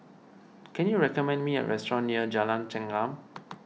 can you recommend me a restaurant near Jalan Chengam